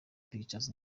pictures